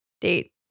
date